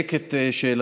אדייק את שאלתך,